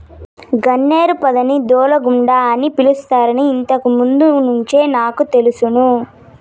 గన్నేరు పొదని దూలగుండ అని పిలుస్తారని ఇంతకు ముందు నుంచే నాకు తెలుసును